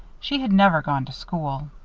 she had never gone to school.